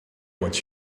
what